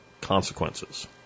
consequences